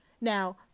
Now